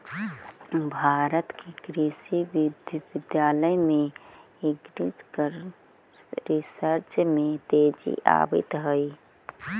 भारत के कृषि विश्वविद्यालय में एग्रीकल्चरल रिसर्च में तेजी आवित हइ